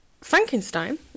Frankenstein